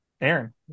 Aaron